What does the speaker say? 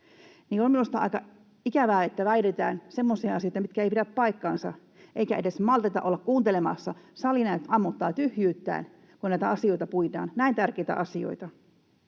On minusta aika ikävää, että väitetään semmoisia asioita, mitkä eivät pidä paikkaansa, eikä edes malteta olla kuuntelemassa. Sali näet ammottaa tyhjyyttään, kun näitä asioita puidaan, näin tärkeitä asioita.